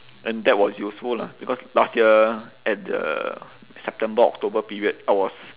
and that was useful lah because last year at the september october period I was